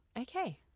Okay